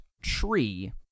tree